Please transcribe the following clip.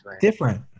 different